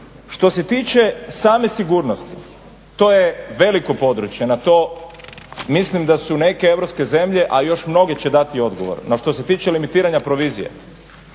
Što se tiče same sigurnosti, to je veliko područje, na to mislim da su neke Europske zemlje a još mnoge će dati odgovor, no što se tiče limitiranja provizije,